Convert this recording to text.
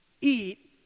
eat